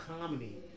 comedy